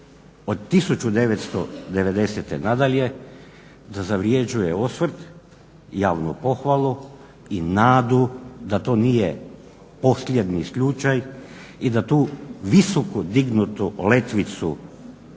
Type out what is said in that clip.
od 1990. nadalje da zavrjeđuje osvrt, javnu pohvalu i nadu da to nije posljednji slučaj i da tu visoku dignutu letvicu